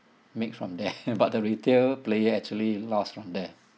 make from there but the retail player actually lost from there